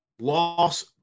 Loss